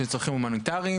יש צרכים הומניטריים,